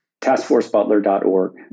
Taskforcebutler.org